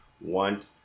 want